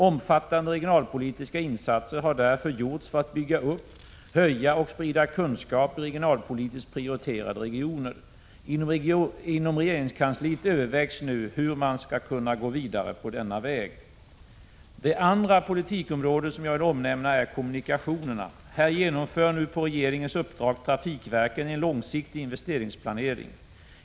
Omfattande regionalpolitiska insatser har därför gjorts för att bygga upp, höja och sprida kunskap i regionalpolitiskt prioriterade regioner. Inom regeringskansliet övervägs nu hur man skall kunna gå vidare på denna väg. Det andra politikområde som jag vill omnämna är kommunikationerna. Här genomför nu på regeringens uppdrag trafikverken en långsiktig investeringsplanering.